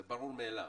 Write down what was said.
זה ברור מאליו.